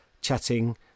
chatting